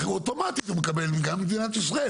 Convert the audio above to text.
אוטומטית מקבלת למדינת ישראל,